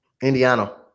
Indiana